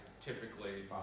typically